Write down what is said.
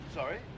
Sorry